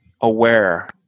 aware